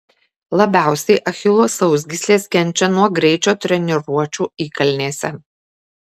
labiausiai achilo sausgyslės kenčia nuo greičio treniruočių įkalnėse